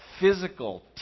physical